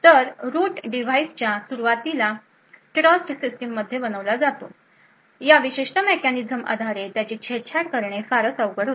तर root device च्या सुरवातीला ट्रस्ट सिस्टीम मध्ये बनवला जातो या विशिष्ट मेकॅनिझम आधारे त्याची छेडछाड करणे फारच अवघड होते